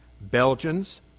Belgians